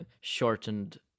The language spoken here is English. shortened